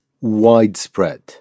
widespread